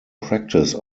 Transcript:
practice